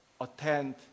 attend